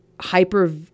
hyper